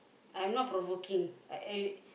I'm not provoking I I